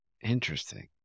Interesting